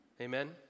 amen